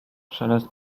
szelest